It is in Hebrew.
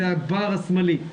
זה הבר השמאלי.